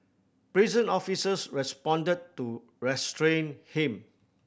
prison officers responded to restrain him